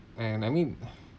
right and I mean